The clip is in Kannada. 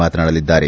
ಮಾತನಾಡಲಿದ್ದಾರೆ